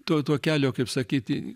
to to kelio kaip sakyti